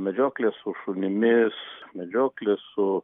medžioklė su šunimis medžioklė su